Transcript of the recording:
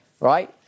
Right